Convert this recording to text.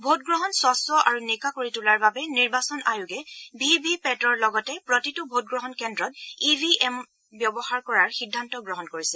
ভোটগ্ৰহণ স্বছ্ আৰু নিকা কৰি তোলাৰ বাবে নিৰ্বাচন আয়োগে ভিভিপেটৰ লগতে প্ৰতিটো ভোটগ্ৰহণ কেন্দ্ৰত ইভিএম ব্যৱহাৰ কৰাৰ সিদ্ধান্ত গ্ৰহণ কৰিছে